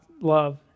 love